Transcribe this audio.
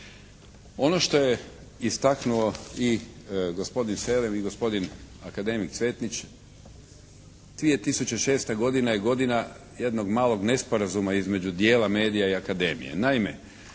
Ono što je istaknuo i gospodin Selem i gospodin akademik Cvetnić, 2006. godina je godina jednog malog nesporazuma između dijela Akademije